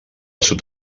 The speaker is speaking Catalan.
sud